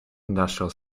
industrial